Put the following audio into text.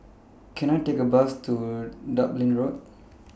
Can I Take A Bus to Dublin Road